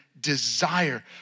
desire